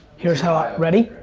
here's how i, ready?